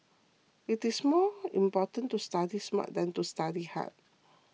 it is more important to study smart than to study hard